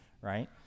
right